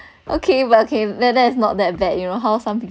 okay but okay that's not that bad you know how some